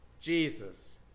Jesus